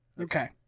Okay